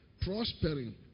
prospering